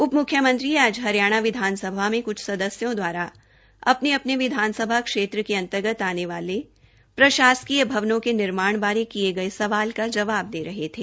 उपमुख्यमंत्री आज हरियाणा विधानसभा में कुछ सदस्यों दवारा अपने अपने विधानसभा क्षेत्र के अंतर्गत आने वाले प्रशासकीय भवनों के निर्माण बारे किए गए सवाल का जवाब दे रहे थे